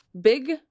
Big